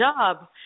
job